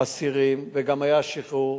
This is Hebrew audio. אסירים וגם היה שחרור,